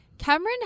Cameron